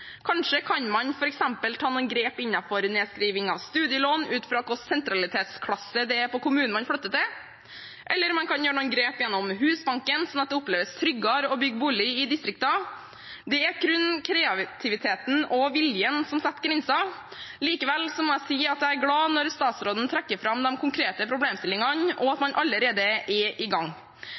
nedskriving av studielån ut fra hva slags sentralitetsklasse kommunen har som man flytter til, eller man kan ta noen grep gjennom Husbanken, sånn at det oppleves tryggere å bygge bolig i distriktene. Det er kun kreativiteten og viljen som setter grenser. Likevel må jeg si at jeg er glad for at statsråden trekker fram de konkrete problemstillingene, og at man allerede er i gang.